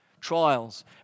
trials